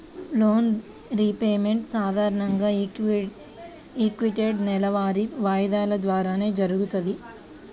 loan repayment సాధారణంగా equated నెలవారీ వాయిదాల ద్వారానే జరుగుతది